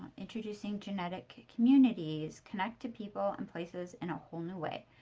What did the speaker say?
introducing genetic communities. connect to people and places in a whole new way.